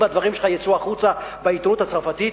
אם הדברים שלך יצאו החוצה בעיתונות הצרפתית,